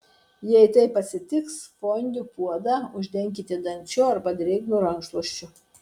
jei taip atsitiks fondiu puodą uždenkite dangčiu arba drėgnu rankšluosčiu